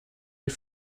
die